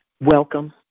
Welcome